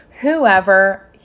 whoever